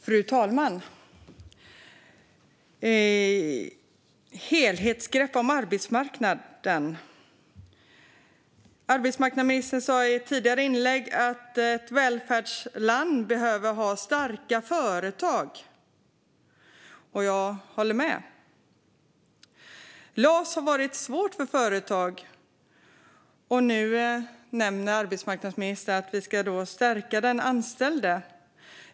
Fru talman! Det talas om ett helhetsgrepp om arbetsmarknaden. Arbetsmarknadsministern sa tidigare att ett välfärdsland behöver ha starka företag, och jag håller med. LAS har varit svårt för många företag, och nu nämner arbetsmarknadsministern att vi ska stärka den anställde.